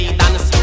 dance